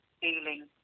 feeling